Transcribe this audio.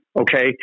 okay